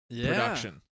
production